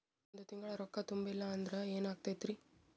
ಒಂದ ತಿಂಗಳ ರೊಕ್ಕ ತುಂಬಿಲ್ಲ ಅಂದ್ರ ಎನಾಗತೈತ್ರಿ?